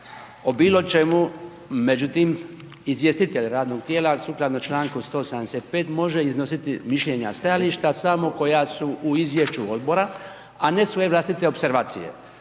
o bilo čemu, međutim, izvjestitelj radnog tijela sukladno čl. 185. može iznositi mišljenja, stajališta samo koja su u izvješću Odbora, a ne svoje vlastite opservacije,